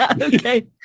Okay